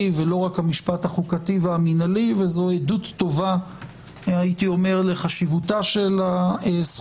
ולא רק המשפט החוקתי והמינהלי וזו עדות טובה לחשיבות הזכות